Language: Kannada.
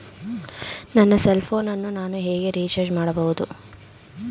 ನನ್ನ ಸೆಲ್ ಫೋನ್ ಅನ್ನು ನಾನು ಹೇಗೆ ರಿಚಾರ್ಜ್ ಮಾಡಬಹುದು?